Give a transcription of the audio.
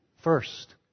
First